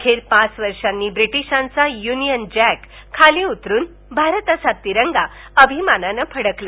अखेर पाच वर्षांनी व्रिटिशांचा य्नियन जॅक खाली उतरून भारताचा तिरंगा अभिमानानं फडकला